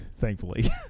thankfully